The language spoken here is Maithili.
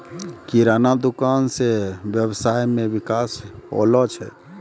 किराना दुकान से वेवसाय मे विकास होलो छै